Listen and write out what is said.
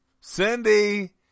Cindy